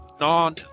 non